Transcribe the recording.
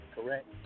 correct